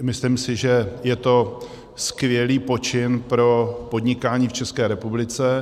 Myslím si, že je to skvělý počin pro podnikání v České republice.